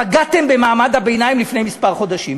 פגעתם במעמד הביניים לפני כמה חודשים,